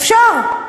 אפשר.